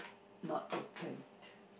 not opened